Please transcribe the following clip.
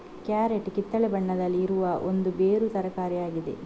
carrot ಕಿತ್ತಳೆ ಬಣ್ಣದಲ್ಲಿ ಇರುವ ಒಂದು ಬೇರು ತರಕಾರಿ ಆಗಿದೆ